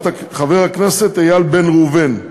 חבר הכנסת איל בן ראובן,